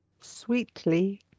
sweetly